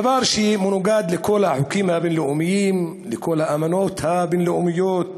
דבר שמנוגד לכל החוקים הבין-לאומיים ולכל האמנות הבין-לאומיות.